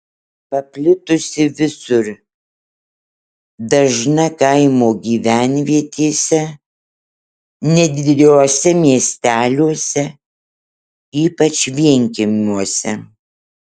paplitusi visur dažna kaimo gyvenvietėse nedideliuose miesteliuose ypač vienkiemiuose